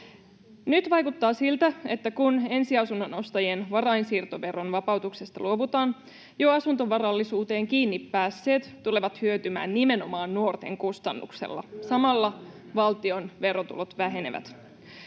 Nyt vaikuttaa siltä, että kun ensiasunnon ostajien varainsiirtoveron vapautuksesta luovutaan, jo asuntovarallisuuteen kiinni päässeet tulevat hyötymään nimenomaan nuorten kustannuksella, samalla valtion verotulot vähenevät.